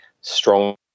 strong